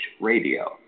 Radio